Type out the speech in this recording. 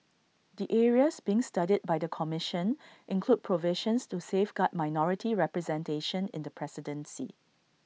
the areas being studied by the commission include provisions to safeguard minority representation in the presidency